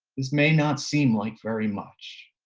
this may not seem like very much,